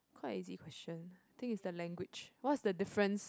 quite easy question think is the language